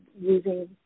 using